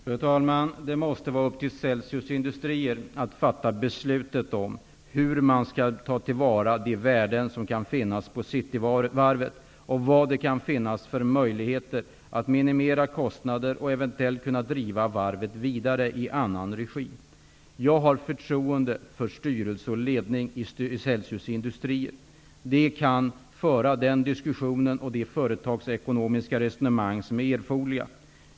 Fru talman! Det måste vara upp till Celsius industrier att fatta beslutet om hur man skall ta till vara de värden som kan finnas på Cityvarvet och vad det kan finnas för möjligheter att minimera kostnader och eventuellt kunna driva varvet vidare i annan regi. Jag har förtroende för styrelse och ledning i Celsius industrier. De kan föra denna diskussion och de företagsekonomiska resonemang som är erforderliga.